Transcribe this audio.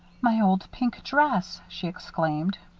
my old pink dress! she exclaimed.